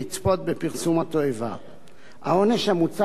העונש המוצע בגין העבירה הוא שלוש שנות מאסר.